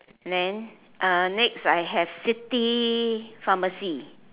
then uh next I have city pharmacy